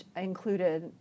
included